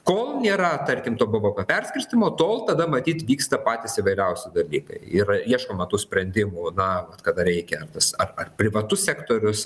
kol nėra tarkim to bvp perskirstymo tol tada matyt vyksta patys įvairiausi dalykai ir ieškoma tų sprendimų na vat kada reikia tas ar ar privatus sektorius